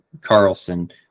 carlson